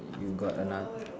you got another